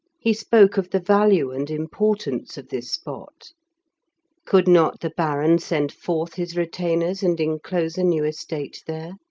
he spoke of the value and importance of this spot could not the baron send forth his retainers and enclose a new estate there?